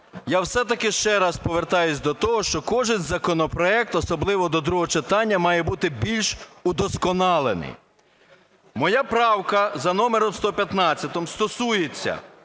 я все-таки ще раз повертаюсь до того, що кожен законопроект, особливо до другого читання, має бути більш удосконалений. Моя правка за номером 115 стосується,